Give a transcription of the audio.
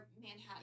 Manhattan